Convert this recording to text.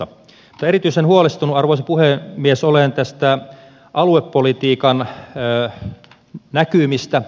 mutta erityisen huolestunut arvoisa puhemies olen näistä aluepolitiikan näkymistä